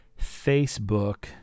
Facebook